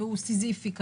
הוא סיזיפי,